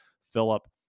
Philip